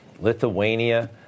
lithuania